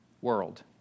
world